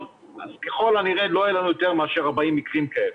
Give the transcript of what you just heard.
אז ככל הנראה לא יהיה לנו יותר מאשר 40 מקרים כאלה.